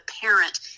parent